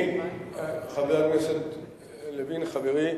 חבר הכנסת לוין, חברי,